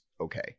okay